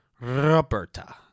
Roberta